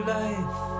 life